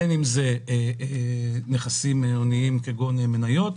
בין אם אלה נכסים הוניים כגון מניות,